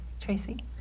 Tracy